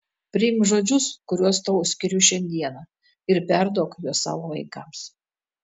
priimk žodžius kuriuos tau skiriu šiandieną ir perduok juos savo vaikams